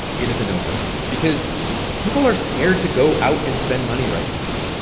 it is a no-brainer because people are scared to go out and spend money right now.